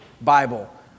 Bible